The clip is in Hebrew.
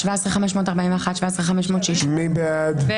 17,181 עד 17,200. מי בעד?